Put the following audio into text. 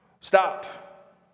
stop